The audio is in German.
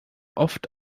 oft